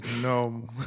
no